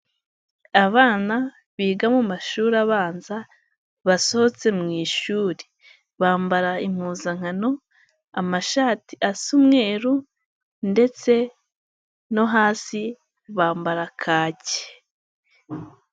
Abana biga mu mashuri abanza basohotse mu ishuri, bambara impuzankano, amashati asa umweru ndetse no hasi bambara kake.